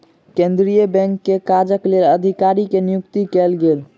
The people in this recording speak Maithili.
केंद्रीय बैंक के काजक लेल अधिकारी के नियुक्ति कयल गेल